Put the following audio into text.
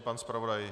Pan zpravodaj?